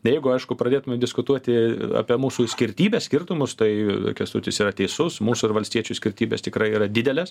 jeigu aišku pradėt diskutuoti apie mūsų skirtybes skirtumus tai kęstutis yra teisus mūsų ir valstiečių skirtybės tikrai yra didelės